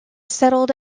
settled